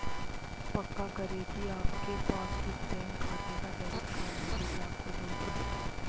पक्का करें की आपके पास उस बैंक खाते का डेबिट कार्ड है जिसे आपको जोड़ना है